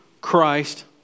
Christ